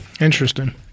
Interesting